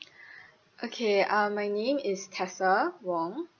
okay uh my name is tessa wong